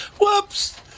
Whoops